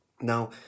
Now